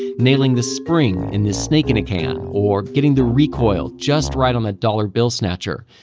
nailing the spring in the snake in a can or getting the recoil just right on that dollar bill snatcher.